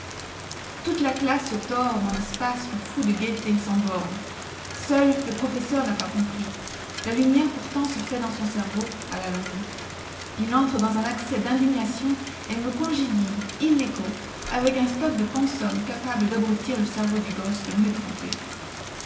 toute la classe se tord dans des spasmes fous de gaieté sans borne seul le professeur na pas compris la lumière pourtant se fait dans son cerveau à la longue il entre dans un accès dindignation et me congédie illico avec un stock de pensums capable dabrutir le cerveau du gosse le mieux trempé